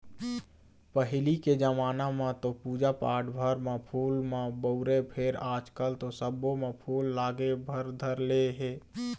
पहिली के जमाना म तो पूजा पाठ भर म फूल ल बउरय फेर आजकल तो सब्बो म फूल लागे भर धर ले हे